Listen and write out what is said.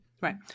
Right